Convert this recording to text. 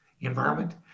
environment